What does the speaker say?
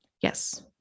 yes